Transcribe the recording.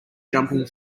jumping